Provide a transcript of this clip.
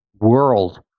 world